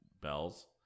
bells